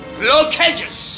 blockages